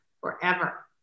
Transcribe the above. forever